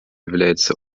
являются